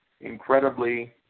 incredibly